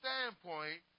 standpoint